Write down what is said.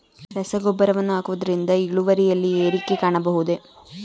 ರಸಗೊಬ್ಬರವನ್ನು ಹಾಕುವುದರಿಂದ ಇಳುವರಿಯಲ್ಲಿ ಏರಿಕೆ ಕಾಣಬಹುದೇ?